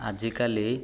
ଆଜିକାଲି